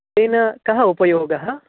तेन कः उपयोगः